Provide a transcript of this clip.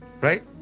right